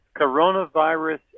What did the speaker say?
coronavirus